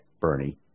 Bernie